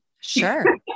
Sure